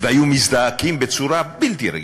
והיו מזדעקים בצורה בלתי רגילה,